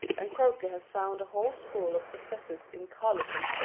and croker has found a whole school of successors in carleton,